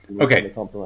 okay